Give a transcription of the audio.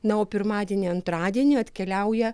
na o pirmadienį antradienį atkeliauja